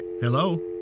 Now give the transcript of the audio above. Hello